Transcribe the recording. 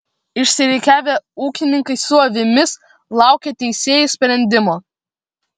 išsirikiavę ūkininkai su avimis laukė teisėjų sprendimo